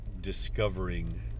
discovering